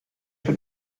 wird